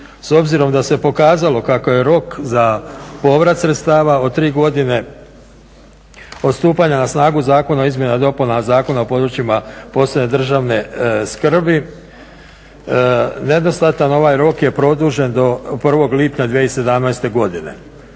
S obzirom da se pokazalo kako je rok za povrat sredstava od 3 godine od stupanja na snagu Zakona o izmjenama i dopunama Zakona o područjima posebne državne skrbi nedostatan ovaj rok je produžen do 1. lipnja 2017. godine.